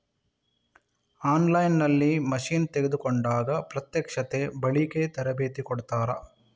On line ನಲ್ಲಿ machine ತೆಕೋಂಡಾಗ ಪ್ರತ್ಯಕ್ಷತೆ, ಬಳಿಕೆ, ತರಬೇತಿ ಕೊಡ್ತಾರ?